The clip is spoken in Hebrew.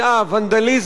ונדליזם,